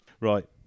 right